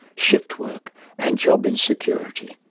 shift work and job insecurity.